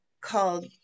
called